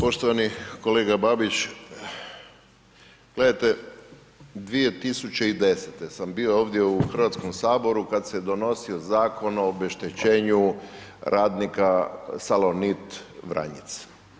Poštovani kolega Babić, gledajte 2010. sam bio ovdje u Hrvatskom saboru kad se donosio zakon o obeštećenju radnika Salonit Vranjic.